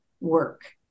work